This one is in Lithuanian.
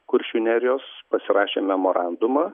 kuršių nerijos pasirašėm memorandumą